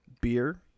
beer